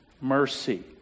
mercy